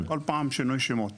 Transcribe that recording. כל פעם שינוי שמות.